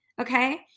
okay